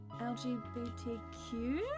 LGBTQ